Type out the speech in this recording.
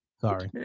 Sorry